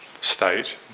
state